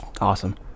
awesome